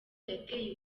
yateye